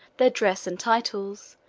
their dress and titles,